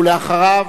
ואחריו,